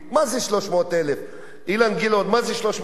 מה זה 300,000 שקל?